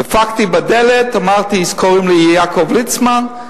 דפקתי בדלת, אמרתי: קוראים לי יעקב ליצמן,